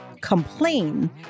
complain